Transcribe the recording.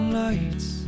lights